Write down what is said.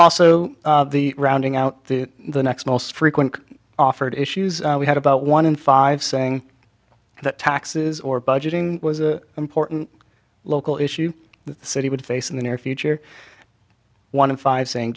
also the rounding out the the next most frequent offered issues we had about one in five saying that taxes or budgeting was an important local issue that the city would face in the near future one in five saying